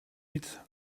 niet